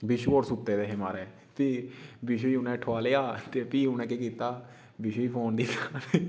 विशु होर सुत्ते दे हे म्हाराज फ्ही विशु गी उ'नें ठोआलेआ फ्ही उ'नें केह् कीता विशु गी फ़ोन दित्ता